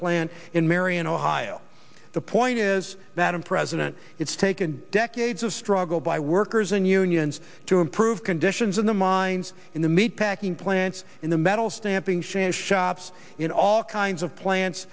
plant in marion ohio the point is that in president it's taken decades of struggle by workers and unions to improve conditions in the mines in the meat packing plants in the metals stamping shand shops in all kinds of plants